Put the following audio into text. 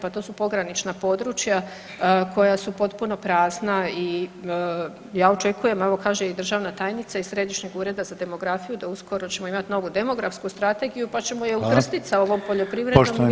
Pa to su pogranična područja koja su potpuno prazna i ja očekujem, evo kaže i državna tajnica iz Središnjeg ureda za demografiju da uskoro ćemo imati novu demografsku strategiju, pa ćemo je ukrstit sa ovom poljoprivrednom, vidjeti gdje smo.